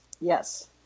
yes